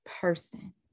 person